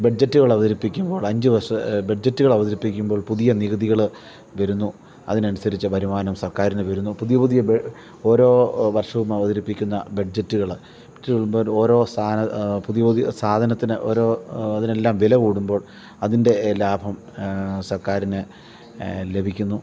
ബഡ്ജറ്റ്കൾ അവതരിപ്പിക്കുമ്പോൾ അഞ്ച് വർഷ ബഡ്ജറ്റ്കൾ അവതരിപ്പിക്കുമ്പോൾ പുതിയ നികുതികൾ വരുന്നു അതിനനുസരിച്ച വരുമാനം സർക്കാരിന് വരുന്നു പുതിയ പുതിയ ഓരോ വർഷവും അവതരിപ്പിക്കുന്ന ബഡ്ജറ്റ്കൾ ഓരോ പുതിയ പുതിയ സാധനത്തിന് ഓരോ അതിനെല്ലാം വില കൂടുമ്പോൾ അതിൻ്റെ ലാഭം സർക്കാരിന് ലഭിക്കുന്നു